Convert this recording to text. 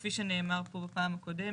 כפי שנאמר פה בפעם הקודמת.